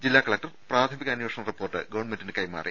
ജില്ലാ കലക്ടർ പ്രാഥമിക അന്വേഷണ റിപ്പോർട്ട് ഗവൺമെന്റിന് കൈമാറി